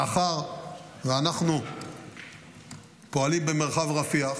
מאחר שאנחנו פועלים במרחב רפיח,